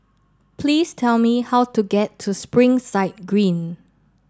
please tell me how to get to Springside Green